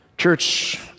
Church